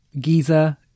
Giza